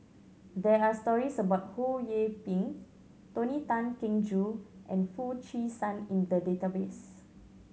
there are stories about Ho Yee Ping Tony Tan Keng Joo and Foo Chee San in the database